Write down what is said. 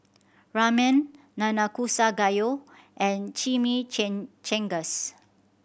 Ramen Nanakusa Gayu and Chimichangas